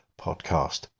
podcast